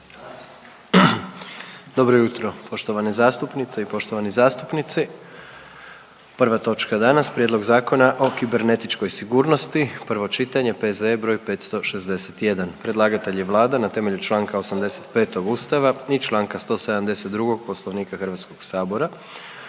Dobro jutro, poštovane zastupnice i poštovani zastupnici. Prva točka danas: - Prijedlog Zakona o kibernetičkoj sigurnosti, prvo čitanje, P.Z.E. br. 561 Predlagatelj je Vlada na temelju čl. 85. Ustava i čl. 172. Poslovnika Hrvatskoga sabora.